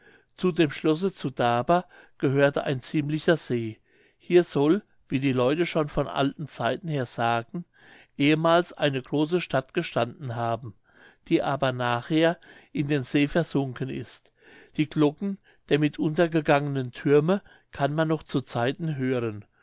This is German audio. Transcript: zu dem schlosse zu daber gehört ein ziemlicher see hier soll wie die leute schon von alten zeiten her sagen ehemals eine große stadt gestanden haben die aber nachher in den see versunken ist die glocken der mit untergegangenen thürme kann man noch zu zeiten hören